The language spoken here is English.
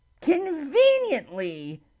conveniently